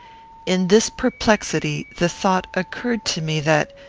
in this perplexity, the thought occurred to me that,